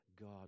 God